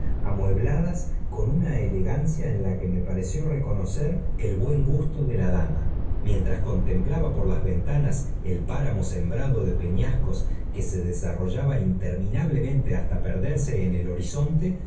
amuebladas con una elegancia en la que me pareció reconocer el buen gusto de la aay toa mientras contemplaba por las ventanas él paramo sembrado de peñascos que se desarrollaba interminablemente hasta perdera en el horizonte